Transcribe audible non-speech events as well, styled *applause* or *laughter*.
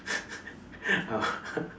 *laughs*